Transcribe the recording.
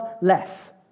less